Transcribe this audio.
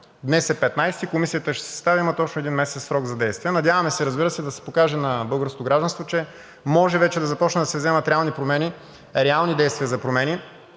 петнадесети, комисията ще се състави и има точно един месец срок за действие. Надяваме се, разбира се, да се покаже на българското гражданство, че може вече да започнат да се предприемат реални действия за промени,